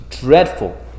dreadful